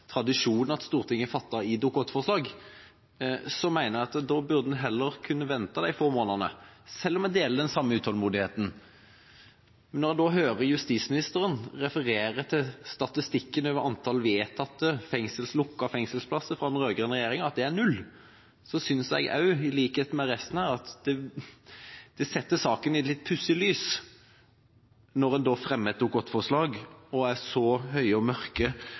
jeg at en heller burde kunne vente de få månedene, selv om jeg deler den samme utålmodigheten. Og når en da hører justisministeren referere til statistikken over antall vedtatte lukkede fengselsplasser fra den rød-grønne regjeringa, at det er null, synes også jeg, i likhet med resten her, at det setter saken i et litt pussig lys – at en da fremmer et Dokument nr. 8-forslag og er så høye og mørke